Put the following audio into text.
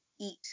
eat